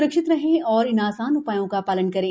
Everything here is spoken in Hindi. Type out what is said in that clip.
स्रक्षित रहें और इन आसान उ ायों का ालन करें